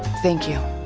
thank you.